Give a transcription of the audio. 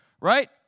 right